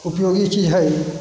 उपयोगी चीज है